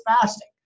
fasting